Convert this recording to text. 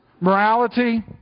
Morality